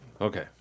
Okay